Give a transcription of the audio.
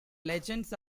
legends